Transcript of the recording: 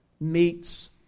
meets